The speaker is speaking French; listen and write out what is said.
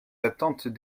attentes